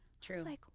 True